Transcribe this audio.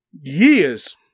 years